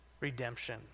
Redemption